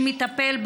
שמטפל,